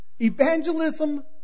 Evangelism